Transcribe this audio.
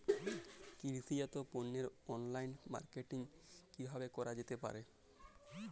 কৃষিজাত পণ্যের online marketing কিভাবে করা যেতে পারে?